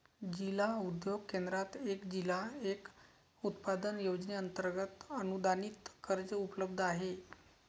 जिल्हा उद्योग केंद्रात एक जिल्हा एक उत्पादन योजनेअंतर्गत अनुदानित कर्ज उपलब्ध आहे